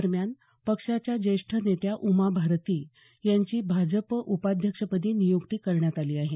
दरम्यान पक्षाच्या ज्येष्ठ नेत्या उमा भारती यांची भाजप उपाध्यक्ष पदी नियुक्ती करण्यात आली आहे